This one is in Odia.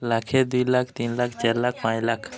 ଲକ୍ଷ ଦୁଇ ଲକ୍ଷ ତିନି ଲକ୍ଷ ଚାରି ଲକ୍ଷ ପାଞ୍ଚ ଲକ୍ଷ